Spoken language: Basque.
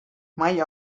maila